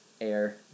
air